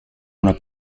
una